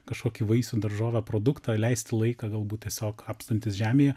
kažkokį vaisių daržovę produktą leisti laiką galbūt tiesiog kapstantis žemėje